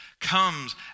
comes